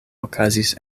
okazis